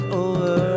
over